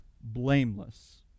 blameless